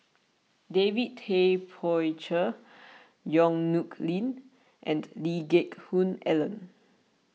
David Tay Poey Cher Yong Nyuk Lin and Lee Geck Hoon Ellen